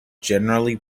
generally